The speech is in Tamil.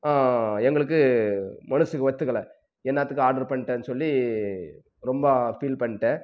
எங்களுக்கு மனதுக்கு ஒத்துக்கலை என்னாத்துக்கு ஆர்டர் பண்ணிவிட்டேன்னு சொல்லி ரொம்ப ஃபீல் பண்ணிட்டேன்